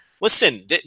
listen